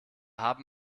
haben